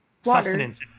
sustenance